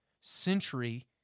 century